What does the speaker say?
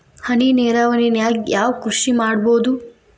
ಹನಿ ನೇರಾವರಿ ನಾಗ್ ಯಾವ್ ಕೃಷಿ ಮಾಡ್ಬೋದು?